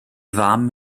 fam